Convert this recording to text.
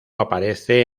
aparece